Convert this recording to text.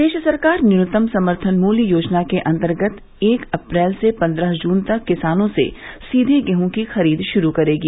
प्रदेश सरकार न्यूनतम समर्थन मूल्य योजना के अंतर्गत एक अप्रैल से पन्द्रह जून तक किसानों से सीधे गेहूं की खरीद शुरू करेगी